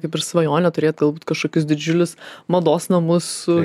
kaip ir svajonę turėt galbūt kažkokius didžiulius mados namus su